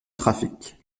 trafic